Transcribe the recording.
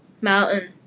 Mountain